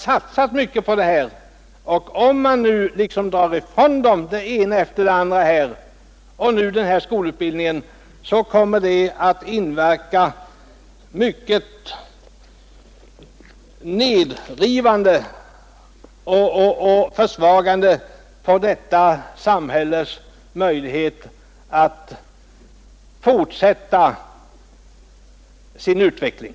Om vi nu tar ifrån Osby det ena efter det andra av denna skolutbildning, kommer det att verka mycket nedrivande och försvaga detta samhälles möjlighet att fortsätta sin utveckling.